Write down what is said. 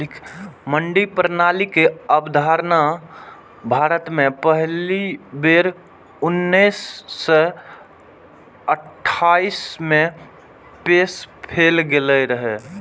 मंडी प्रणालीक अवधारणा भारत मे पहिल बेर उन्नैस सय अट्ठाइस मे पेश कैल गेल रहै